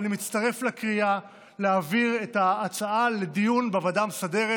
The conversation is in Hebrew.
אני מצטרף לקריאה להעביר את ההצעה לדיון בוועדה המסדרת,